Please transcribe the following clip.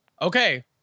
Okay